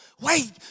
wait